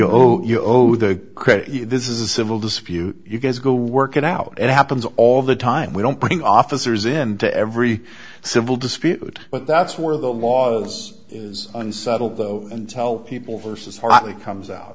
know you owe the credit this is a civil dispute you guys go work it out it happens all the time we don't bring officers into every civil dispute but that's where the laws is unsettled though and tell people versus hartley comes out